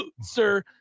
sir